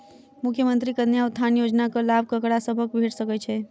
मुख्यमंत्री कन्या उत्थान योजना कऽ लाभ ककरा सभक भेट सकय छई?